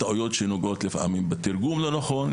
טעויות שנובעות מתרגום לא נכון,